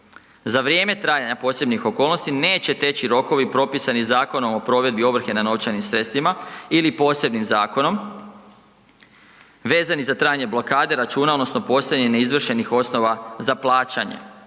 Za vrijeme trajanja posebnih okolnosti, neće teći rokovi propisanih Zakonom o provedbi ovrhe na novčanim sredstvima ili posebnim zakonom vezani za trajanje blokade računa odnosno posljednjih neizvršenih osnova za plaćanje,